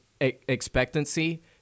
expectancy